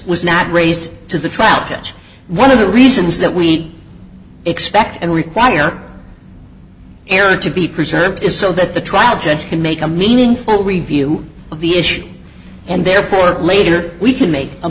was not raised to the trial judge one of the reasons that we expect and require air to be preserved is so that the trial judge can make a meaningful review of the issue and therefore later we can make a